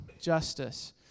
justice